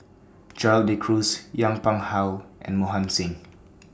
Gerald De Cruz Yong Pung How and Mohan Singh